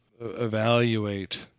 evaluate